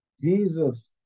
Jesus